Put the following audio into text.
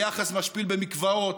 ביחס משפיל במקוואות,